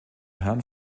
herren